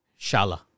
Shala